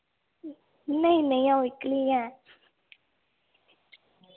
नेईं नेईं आऊं इक्कली गै ऐं